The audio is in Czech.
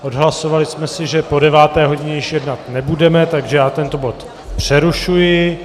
Odhlasovali jsme si, že po deváté hodině již jednat nebudeme, takže já tento bod přerušuji.